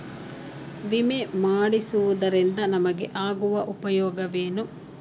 ವಿಮೆ ಮಾಡಿಸುವುದರಿಂದ ನಮಗೆ ಆಗುವ ಉಪಯೋಗವೇನು?